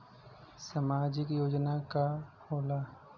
सामाजिक योजना का होला?